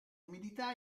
umidità